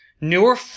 newer